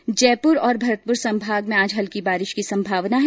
प्रदेश के जयपुर और भरतपुर संभाग में आज हल्की बारिश की संभावना है